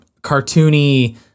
cartoony